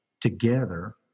together